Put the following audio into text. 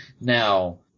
Now